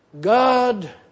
God